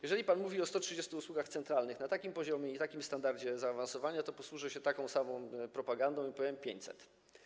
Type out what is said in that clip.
Jeżeli pan mówi o 130 usługach centralnych na takim poziomie i w takim standardzie zaawansowania, to posłużę się taką samą propagandą i powiem: 500.